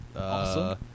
Awesome